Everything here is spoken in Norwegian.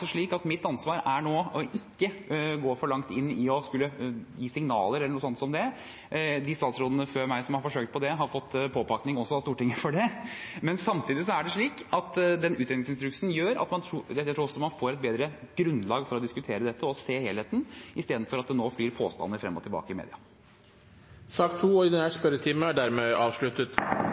slik at mitt ansvar er nå ikke å gå for langt inn i å skulle gi signaler eller noe sånt. De statsrådene før meg som har forsøkt på det, har fått påpakning også av Stortinget for det. Men samtidig er det slik at utredningsinstruksen gjør at jeg tror også man får et bedre grunnlag for å diskutere dette og se helheten, istedenfor at det nå flyr påstander frem og tilbake i media. Sak nr. 2 er dermed